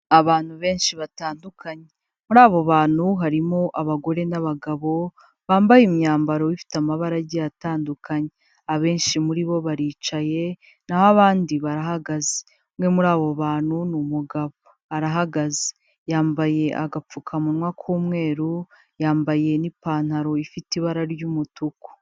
Abantu benshi batandukanye muri abo bantu harimo abagore n'abagabo bambaye imyambaro ifite amabara agiye atandukanye, abenshi muri bo baricaye naho abandi barahagaze, umwe muri abo bantu ni umugabo arahagaze yambaye agapfukamunwa k'umweru, yambaye n'ipantaro ifite ibara ry'umutuku.